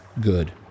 good